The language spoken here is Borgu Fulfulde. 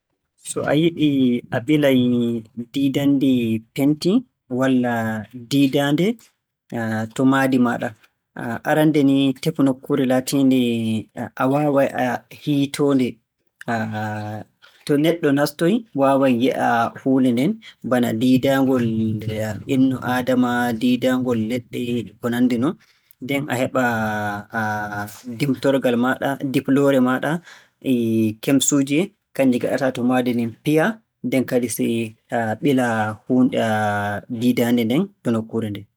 So a yiɗi a ɓilay diidannde penti, walla diidaande to mahdi maaɗa. Arannde ni, tefu nokkuure laatiinde a waaway a hiitoonde, to neɗɗo naatoyii waaway yi'a huunde nden, bana diidaangol innu aadama, diidaangol leɗɗe e ko nanndi non. Nden a heɓa diftorgal maaɗa e ndifloore maaɗa e kemsuuje kannje ngaɗataa to mahdi ndin piyaa. Nden kadi sey ɓilaa, diidaande nden to nokkure nden.